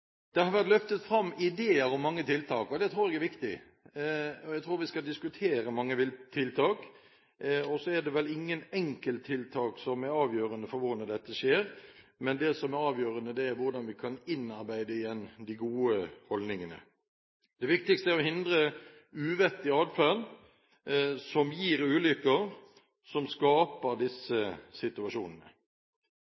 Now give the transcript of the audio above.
Det har vært løftet fram mange ideer om tiltak, og det tror jeg er viktig. Jeg tror vi skal diskutere mange tiltak. Det er likevel ingen enkelttiltak som er avgjørende for hvordan dette skjer, men det som er avgjørende, er hvordan vi igjen kan innarbeide de gode holdningene. Det viktigste er å hindre uvettig adferd som gir ulykker, og som skaper disse